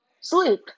Sleep